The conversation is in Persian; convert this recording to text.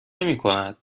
نمیکند